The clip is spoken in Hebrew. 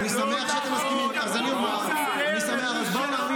הוא דיבר על מי